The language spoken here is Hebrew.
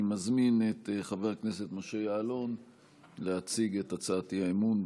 אני מזמין את חבר הכנסת משה יעלון להציג את הצעת האי-אמון,